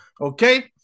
Okay